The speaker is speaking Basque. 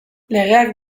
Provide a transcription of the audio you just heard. legeak